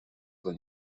оно